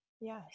Yes